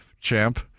champ